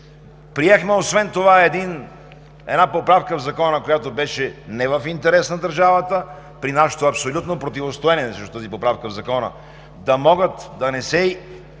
Приехме освен това една поправка в Закона, която не беше в интерес на държавата, при нашето абсолютно противостоене срещу тази поправка в Закона – да могат да не се